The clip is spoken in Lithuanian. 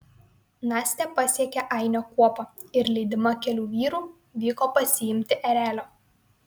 nastė pasiekė ainio kuopą ir lydima kelių vyrų vyko pasiimti erelio